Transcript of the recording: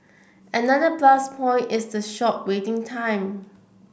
another plus point is the short waiting time